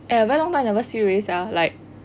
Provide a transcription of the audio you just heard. eh !aiya! very long time never see you already sia like